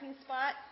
spot